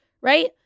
right